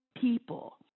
people